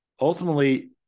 Ultimately